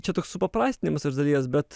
čia toks supaprastinamas iš dalies bet